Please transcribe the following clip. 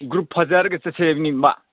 group ꯐꯖꯔꯒ ꯆꯠꯁꯦ ꯍꯥꯏꯕꯅꯤꯕ